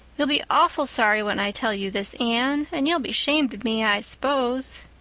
you'll be awful sorry when i tell you this, anne and you'll be shamed of me, i s'pose.